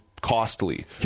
costly